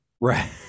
right